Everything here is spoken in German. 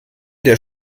der